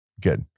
Good